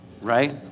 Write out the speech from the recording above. right